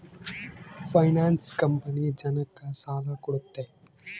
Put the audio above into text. finance company ಜನಕ್ಕ ಸಾಲ ಕೊಡುತ್ತೆ